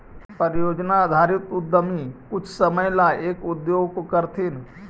परियोजना आधारित उद्यमी कुछ समय ला एक उद्योग को करथीन